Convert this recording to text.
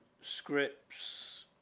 scripts